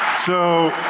so,